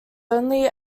only